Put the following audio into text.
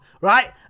right